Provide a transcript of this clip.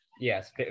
Yes